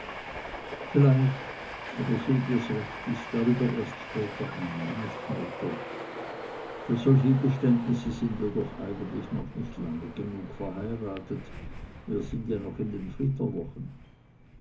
vielleicht aber so dir's recht ist darüber erst später einmal nicht heute für solche geständnisse sind wir doch eigentlich noch nicht lange genug verheiratet wir sind ja noch in den flitterwochen